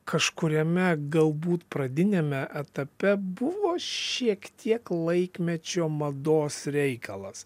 kažkuriame galbūt pradiniame etape buvo šiek tiek laikmečio mados reikalas